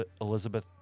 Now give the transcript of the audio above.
Elizabeth